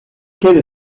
quelle